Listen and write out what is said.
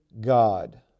God